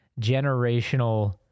generational